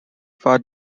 发展